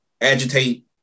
agitate